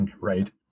right